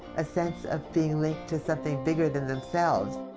a sense of being linked to something bigger than themselves.